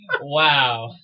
Wow